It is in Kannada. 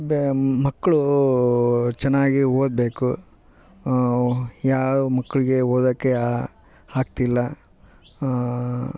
ಬೆ ಮಕ್ಕಳು ಚೆನ್ನಾಗಿ ಓದಬೇಕು ಯಾವ ಮಕ್ಕಳಿಗೆ ಓದೋಕೆ ಆಗ್ತಿಲ್ಲ